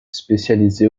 spécialisée